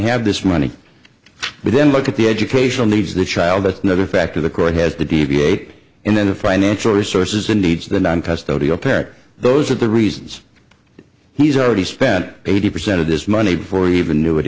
have this money but then look at the educational needs of the child that's another factor the court has to deviate and then the financial resources and needs of the non custodial parent those are the reasons he's already spent eighty percent of this money before he even knew it